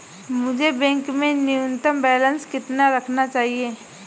मुझे बैंक में न्यूनतम बैलेंस कितना रखना चाहिए?